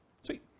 Sweet